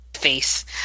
Face